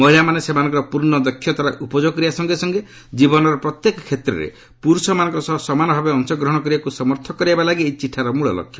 ମହିଳାମାନେ ସେମାନଙ୍କର ପୂର୍ଣ୍ଣ ଦକ୍ଷତାର ଉପଯୋଗ କରିବା ସଙ୍ଗେ ସଙ୍ଗେ ଜୀବନର ପ୍ରତ୍ୟେକ କ୍ଷେତ୍ରରେ ପୁରୁଷମାନଙ୍କ ସହ ସମାନ ଭାବେ ଅଂଶଗ୍ରହଣ କରିବାକୁ ସମର୍ଥ କରାଇବା ଲାଗି ଏହି ଚିଠାର ମୂଳଲକ୍ଷ୍ୟ